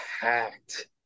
packed